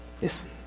Yes